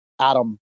adam